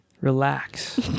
relax